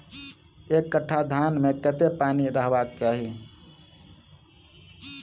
एक कट्ठा धान मे कत्ते पानि रहबाक चाहि?